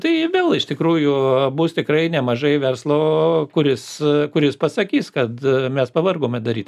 tai vėl iš tikrųjų bus tikrai nemažai verslo kuris kuris pasakys kad mes pavargome daryt